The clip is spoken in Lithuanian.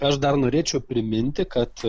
aš dar norėčiau priminti kad